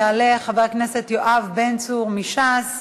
יעלה חבר הכנסת יואב בן צור מש"ס.